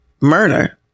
murder